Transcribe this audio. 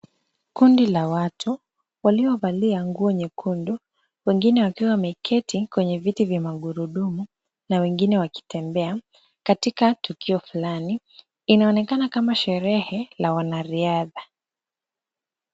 Kundi la watu waliovalia nguo nyekundu wengine wakiwa wameketi kwenye viti vya magurudumu na wengine wakitembea katika tukio fulani. Inaonekana kama sherehe la wanariadha.